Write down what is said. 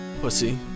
Pussy